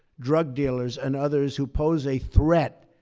drug dealers, and others who pose a threat